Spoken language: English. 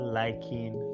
liking